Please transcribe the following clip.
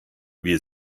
wir